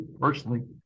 personally